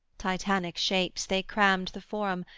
titanic shapes, they crammed the forum,